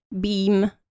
Beam